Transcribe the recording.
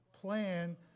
plan